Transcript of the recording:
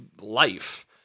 life